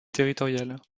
territoriales